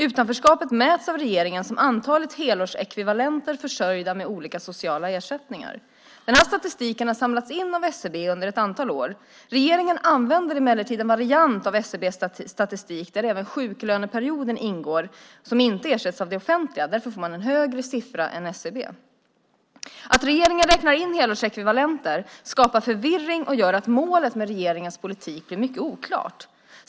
Utanförskapet mäts av regeringen som antalet helårsekvivalenter försörjda med olika sociala ersättningar. Denna statistik har samlats in av SCB under ett antal år. Regeringen använder emellertid en variant av SCB:s statistik där även sjuklöneperioden som inte ersätts av det offentliga ingår. Därför får man en högre siffra än SCB. Att regeringen räknar in helårsekvivalenter skapar förvirring och gör att målet med regeringens politik blir oklart.